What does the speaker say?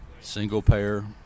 single-payer